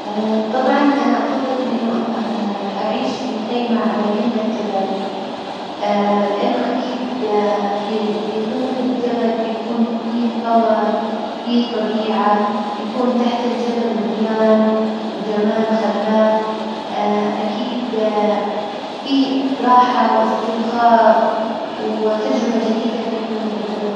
طبعا أنا أفظل إنه أعيش في خيمة على جمة جبل لإنه أكيد في- في قمة الجبل بيكون في هوا، في طبيعة، بيكون تحت الجبل وديان وجمال خلاب أكيد في راحة وإسترخاء وتجربة جديدة في قمة الجبل.